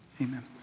Amen